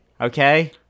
okay